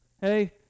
Hey